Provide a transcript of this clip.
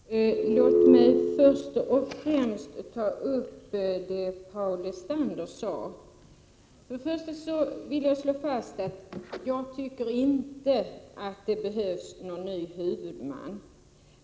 Herr talman! Låt mig först ta upp det Paul Lestander sade och slå fast att jag tycker inte att det behövs någon ny huvudman.